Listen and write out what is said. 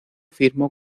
firmó